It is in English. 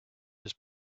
his